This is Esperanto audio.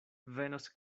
venos